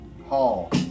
Hall